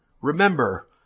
Remember